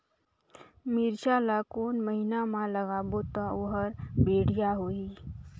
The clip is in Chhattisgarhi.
मिरचा ला कोन महीना मा लगाबो ता ओहार बेडिया होही?